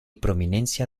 prominencia